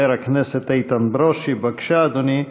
חבר הכנסת איתן ברושי, בבקשה, אדוני.